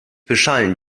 beschallen